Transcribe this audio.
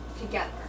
together